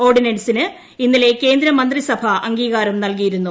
ഓർഡിനൻസിന് ഇന്നലെ കേന്ദ്ര മന്ത്രിസഭ അംഗീകാരം നൽകിയിരുന്നു